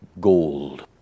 Gold